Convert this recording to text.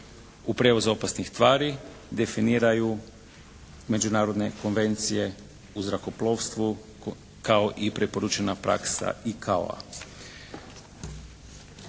prijevozu opasnih tvari definiraju međunarodne konvencije u zrakoplovstvu kao i preporučena praksa …